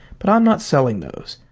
but i'm not selling those,